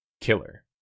killer